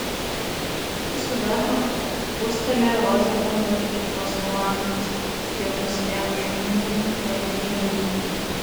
kartu su vermachtu plūstelėjo rozenbergo žinybos komandos skirtos vien žudymui ir naikinimui